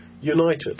united